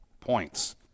points